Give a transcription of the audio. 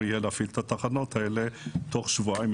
להפעיל את התחנות האלה מחדש בתוך שבועיים,